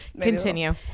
Continue